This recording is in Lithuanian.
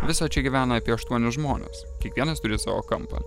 viso čia gyvena apie aštuonis žmonės kiekvienas turi savo kampą